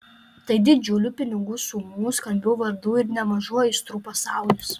tai didžiulių pinigų sumų skambių vardų ir nemažų aistrų pasaulis